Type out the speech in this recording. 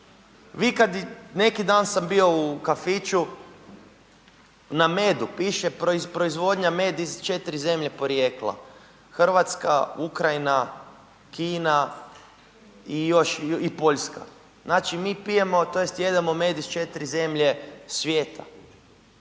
neki dan sam bio u kafiću na medu piše proizvodnja med iz 4 zemlje porijekla, Hrvatska, Ukrajina, Kina i Poljska. Znači mi pijemo, tj. jedemo med iz 4 zemlje svijeta.